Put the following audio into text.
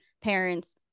parents